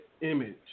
image